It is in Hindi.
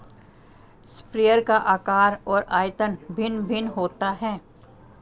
स्प्रेयर का आकार और आयतन भिन्न भिन्न होता है